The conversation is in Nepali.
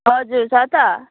हजुर छ त